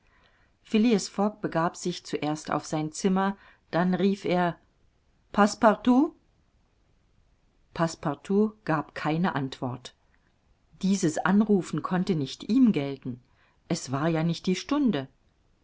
fogg begab sich zuerst auf sein zimmer dann rief er passepartout passepartout gab keine antwort dieses anrufen konnte nicht ihm gelten es war ja nicht die stunde